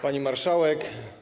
Pani Marszałek!